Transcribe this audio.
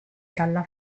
dalla